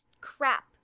crap